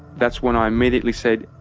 that's when i immediately said,